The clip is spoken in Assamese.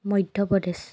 মধ্য়প্ৰদেশ